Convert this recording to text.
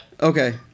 Okay